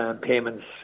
payments